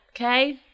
okay